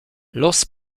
los